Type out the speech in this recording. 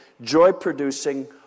joy-producing